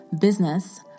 business